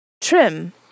Trim